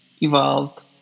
evolved